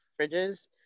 fridges